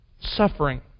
suffering